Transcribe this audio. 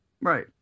right